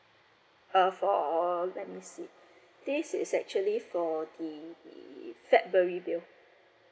uh for let me see this is actually for the february bill